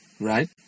right